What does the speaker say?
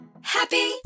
Happy